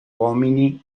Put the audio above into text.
uomini